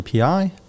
API